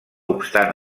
obstant